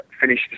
finish